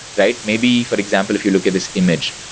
right? maybe, for example, if you look at this image,